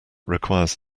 requires